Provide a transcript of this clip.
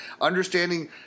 understanding